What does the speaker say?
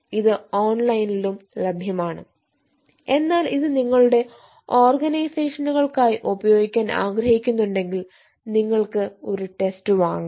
ഇത് ഓൺലൈനിലും ലഭ്യമാണ് എന്നാൽ ഇത് നിങ്ങളുടെ ഓർഗനൈസേഷനുകൾക്കായി ഉപയോഗിക്കാൻ ആഗ്രഹിക്കുന്നുവെങ്കിൽ നിങ്ങൾക്ക് ഒരു ടെസ്റ്റ് വാങ്ങാം